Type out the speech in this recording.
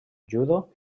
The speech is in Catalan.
judo